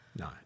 No